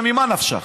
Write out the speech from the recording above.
ממה נפשך,